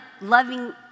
loving